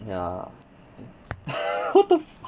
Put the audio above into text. ya what the f~